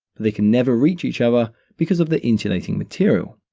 they can never reach each other because of the insulating material.